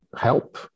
help